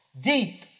deep